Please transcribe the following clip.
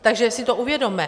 Takže si to uvědomme.